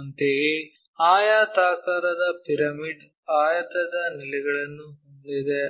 ಅಂತೆಯೇ ಆಯತಾಕಾರದ ಪಿರಮಿಡ್ ಆಯತದ ನೆಲೆಗಳನ್ನು ಹೊಂದಿದೆ